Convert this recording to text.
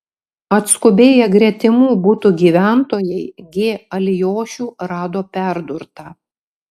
atskubėję gretimų butų gyventojai g alijošių rado perdurtą